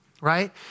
right